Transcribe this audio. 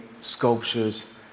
sculptures